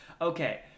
Okay